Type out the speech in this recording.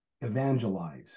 evangelize